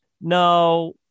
No